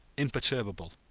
imperturbable,